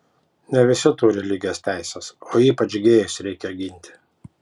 ne visi turi lygias teises o ypač gėjus reikia ginti